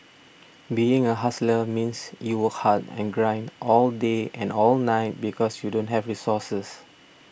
being a hustler means you work hard and grind all day and all night because you don't have resources